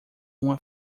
uma